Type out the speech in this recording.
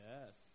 Yes